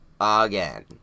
again